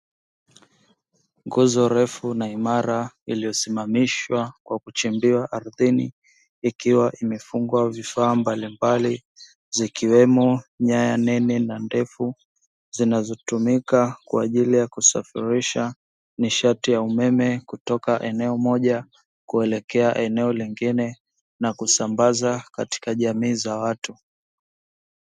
Nguzo refu na imara, iliyo simamishwa kwa kuchimbiwa ardhini, ikiwa imefungwa vifaa mbalimbali, zikiwemo nyaya nene na ndefu zinazotumiwa kwa ajili ya kusafirisha nishati ya umeme kutoka eneo moja kuelekea eneo lingine na kusambaza katika jamii za watu.